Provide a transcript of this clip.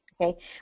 Okay